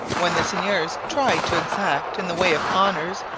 when the seigneurs tried to exact in the way of honours,